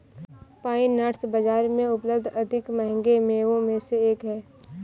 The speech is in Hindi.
पाइन नट्स बाजार में उपलब्ध अधिक महंगे मेवों में से एक हैं